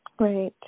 Right